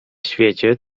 świecie